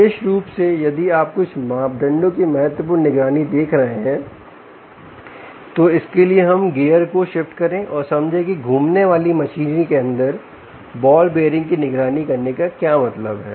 विशेष रूप से यदि आप कुछ मापदंडों की महत्वपूर्ण निगरानी देख रहे हैं तो इसके लिए हम गियर को शिफ्ट करें और समझें कि घूमने वाली मशीनरी के अंदर बॉल बीयरिंग की निगरानी करने का क्या मतलब है